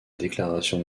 déclaration